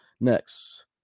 next